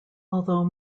although